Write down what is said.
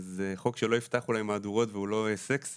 זה חוק שלא יפתח אולי מהדורות והוא לא סקסי,